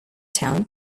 town